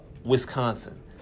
wisconsin